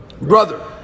brother